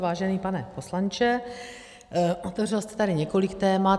Vážený pane poslanče, otevřel jste tady několik témat.